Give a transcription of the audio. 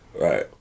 Right